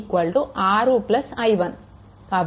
కాబట్టి i2 6 i1